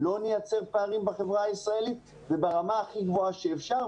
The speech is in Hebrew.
לא נייצר פערים בחברה הישראלית וברמה הכי גבוהה שאפשר.